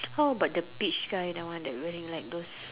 how about the peach guy the guy wearing like those